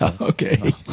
okay